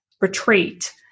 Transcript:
retreat